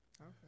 Okay